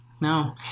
No